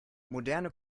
moderne